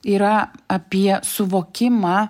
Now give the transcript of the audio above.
yra apie suvokimą